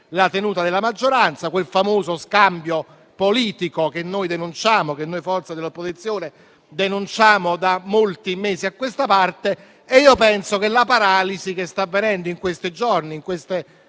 la tenuta della maggioranza, quel famoso scambio politico che noi forze di opposizione denunciamo da molti mesi a questa parte. Penso che la paralisi che sta avvenendo in questi giorni e in queste